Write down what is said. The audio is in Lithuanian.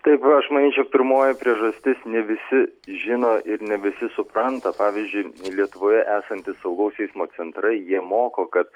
taip aš manyčiau pirmoji priežastis ne visi žino ir ne visi supranta pavyzdžiui lietuvoje esantys saugaus eismo centrai jie moko kad